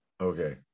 okay